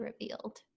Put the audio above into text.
revealed